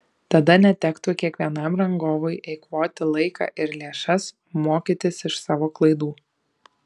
tada netektų kiekvienam rangovui eikvoti laiką ir lėšas mokytis iš savo klaidų